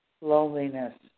loneliness